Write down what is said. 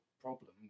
Problem